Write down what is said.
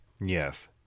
Yes